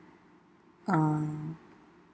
um